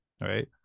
right